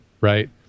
right